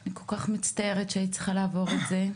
אני כל כך מצטערת שהיית צריכה לעבור את זה,